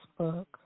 Facebook